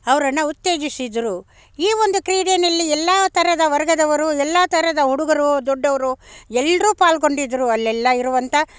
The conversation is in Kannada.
ಅವ್ರನ್ನು ಉತ್ತೇಜಿಸಿದರು ಈ ಒಂದು ಕ್ರೀಡೆಯಲ್ಲಿ ಎಲ್ಲ ಥರದ ವರ್ಗದವರು ಎಲ್ಲ ಥರದ ಹುಡುಗರು ದೊಡ್ಡವರು ಎಲ್ಲರೂ ಪಾಲ್ಗೊಂಡಿದ್ದರು ಅಲ್ಲೆಲ್ಲ ಇರುವಂಥ